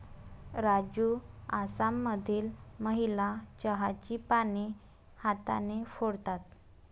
राजू आसाममधील महिला चहाची पाने हाताने तोडतात